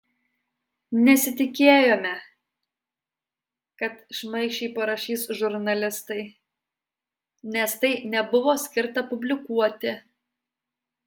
nesitikėjome kad šmaikščiai parašys žurnalistai nes tai nebuvo skirta publikuoti